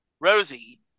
Rosie